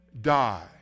die